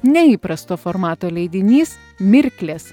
neįprasto formato leidinys mirklės